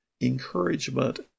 encouragement